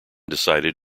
decided